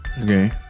Okay